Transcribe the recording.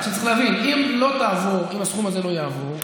צריך להבין: אם הסכום הזה לא יעבור,